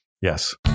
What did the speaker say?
Yes